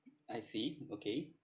I see okay